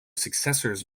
successors